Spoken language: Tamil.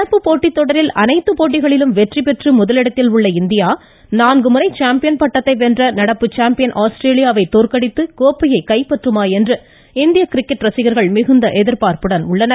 நடப்பு போட்டித் தொடரில் அனைத்து போட்டிகளிலும் வெற்றி பெற்று முதலிடத்தில் உள்ள இந்தியா நான்கு முறை சாம்பியன் பட்டத்தை வென்ற நடப்பு சாம்பியன் ஆஸ்திரேலியாவை தோற்கடித்து கோப்பையை கைப்பற்றுமா என்று இந்திய கிரிக்கெட் ரசிகர்கள் மிகுந்த எதிர்பார்ப்புடன் உள்ளனர்